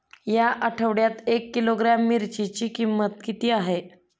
या आठवड्यात एक किलोग्रॅम मिरचीची किंमत किती आहे?